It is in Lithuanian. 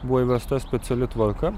buvo įvesta speciali tvarka